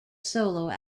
solo